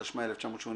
התשמ"א 1981,